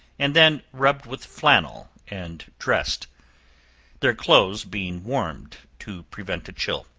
and then rubbed with flannel and dressed their clothes being warmed to prevent a chill.